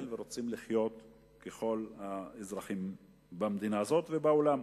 ורוצים לחיות ככל האזרחים במדינה הזאת ובעולם.